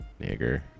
Nigger